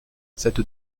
cette